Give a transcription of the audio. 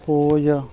ਖੋਜ